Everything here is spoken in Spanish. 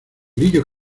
grillo